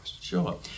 sure